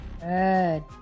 Good